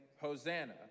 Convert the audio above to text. Hosanna